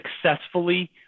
successfully